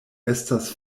estas